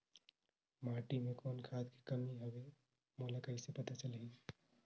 माटी मे कौन खाद के कमी हवे मोला कइसे पता चलही?